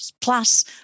plus